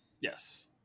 Yes